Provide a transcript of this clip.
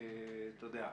אתה יודע,